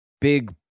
big